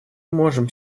можем